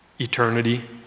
eternity